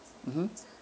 mmhmm